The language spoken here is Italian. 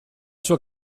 sua